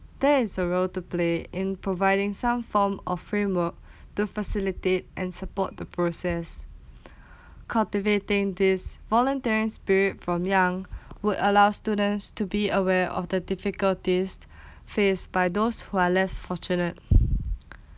there is a role to play in providing some form of framework to facilitate and support the process cultivating this volunteering spirit from young would allow students to be aware of the difficulties faced by those who are less fortunate